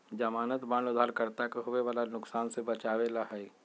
ज़मानत बांड उधारकर्ता के होवे वाला नुकसान से बचावे ला हई